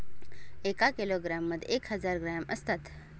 एका किलोग्रॅम मध्ये एक हजार ग्रॅम असतात